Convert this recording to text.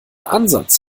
ansatz